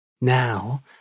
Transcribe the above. Now